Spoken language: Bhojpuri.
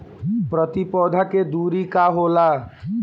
प्रति पौधे के दूरी का होला?